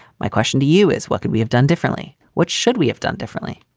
my question to you is what could we have done differently? what should we have done differently?